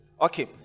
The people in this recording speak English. Okay